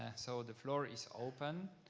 ah so the floor is open.